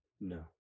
no